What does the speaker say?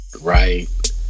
right